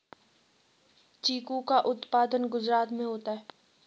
चीकू का उत्पादन गुजरात में होता है